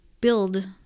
build